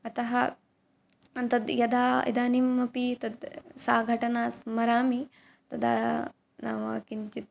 अतः तद्यदा इदानीमपि तत् सा घटना स्मरामि तदा नाम किञ्चित्